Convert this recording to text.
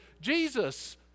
Jesus